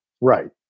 Right